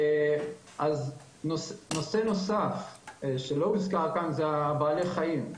אז נושא נוסף שלא הוזכר כאן, זה בעלי החיים.